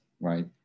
right